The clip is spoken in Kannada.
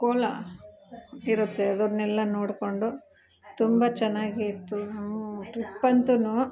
ಕೋಲ ಇರುತ್ತೆ ಅದನ್ನೆಲ್ಲ ನೋಡಿಕೊಂಡು ತುಂಬ ಚೆನ್ನಾಗಿತ್ತು ಟ್ರಿಪ್ ಅಂತು